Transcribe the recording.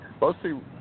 mostly